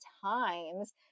times